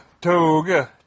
toga